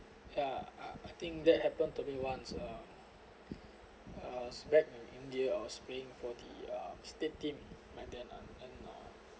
ya I I think that happened to me once uh I was back in india I was playing for the uh state team my dad uh and uh